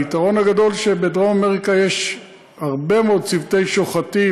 היתרון הגדול הוא שבדרום-אמריקה יש הרבה מאוד צוותי שוחטים,